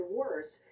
worse